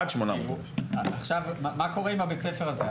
עד 800,000. עכשיו מה קורה עם בית הספר הזה?